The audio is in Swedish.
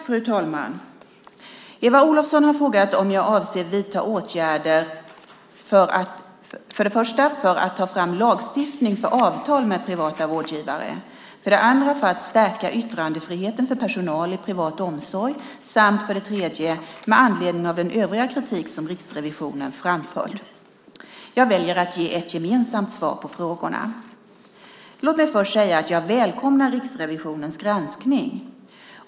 Fru talman! Eva Olofsson har frågat om jag avser att vidta åtgärder för det första för att ta fram lagstiftning för avtal med privata vårdgivare, för det andra för att stärka yttrandefriheten för personal i privat omsorg samt för det tredje med anledning av den övriga kritik som Riksrevisionen framfört. Jag väljer att ge ett gemensamt svar på frågorna. Låt mig först säga att jag välkomnar Riksrevisionens granskning.